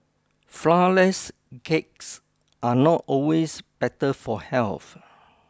flourless cakes are not always better for health